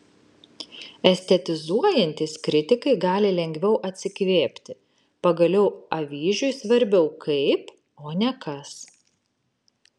estetizuojantys kritikai gali lengviau atsikvėpti pagaliau avyžiui svarbiau kaip o ne kas